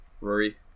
Rory